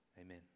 Amen